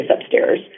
upstairs